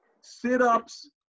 sit-ups